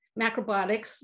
macrobiotics